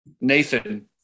Nathan